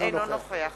אינו נוכח